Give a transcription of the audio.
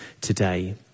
today